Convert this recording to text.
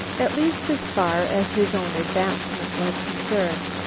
at least as far as his own advancement was concerned,